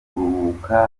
kuruhuka